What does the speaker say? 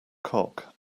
cock